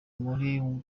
muri